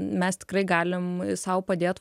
mes tikrai galim sau padėt